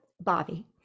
Bobby